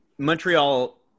Montreal